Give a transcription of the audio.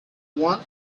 one